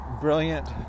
brilliant